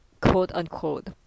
quote-unquote